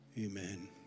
Amen